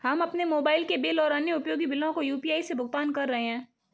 हम अपने मोबाइल के बिल और अन्य उपयोगी बिलों को यू.पी.आई से भुगतान कर रहे हैं